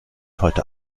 heute